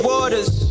Waters